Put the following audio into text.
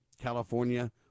California